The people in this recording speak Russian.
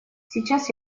сейчас